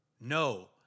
No